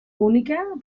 única